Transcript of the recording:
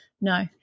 No